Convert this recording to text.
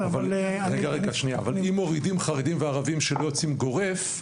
אם מורידים חרדים וערבים שלא יוצאים באופן גורף,